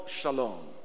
shalom